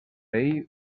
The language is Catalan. ell